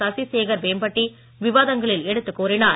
சசி சேகர் வேம்பட்டி விவாதங்களில் எடுத்துக் கூறினார்